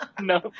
no